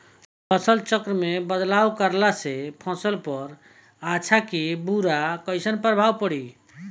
फसल चक्र मे बदलाव करला से फसल पर अच्छा की बुरा कैसन प्रभाव पड़ी?